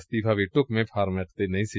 ਅਸਤੀਫਾ ਵੀ ਢੁਕਵੇਂ ਫਾਰਮੇਟ ਤੇ ਨਹੀਂ ਸੀ